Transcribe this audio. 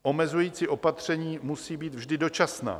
Omezující opatření musí být vždy dočasná.